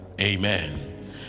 amen